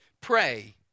pray